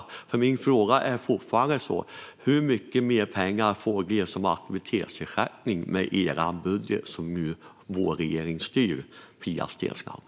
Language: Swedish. Därför är min fråga fortfarande: Hur mycket mer pengar får de som har aktivitetsersättning med er budget som vår regering styr med, Pia Steensland?